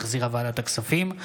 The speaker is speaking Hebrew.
שהחזירה ועדת הכספים,